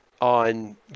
on